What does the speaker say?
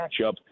matchup